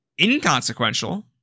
Inconsequential